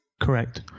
Correct